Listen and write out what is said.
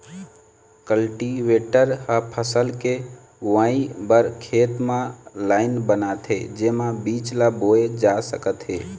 cultivator ह फसल के बोवई बर खेत म लाईन बनाथे जेमा बीज ल बोए जा सकत हे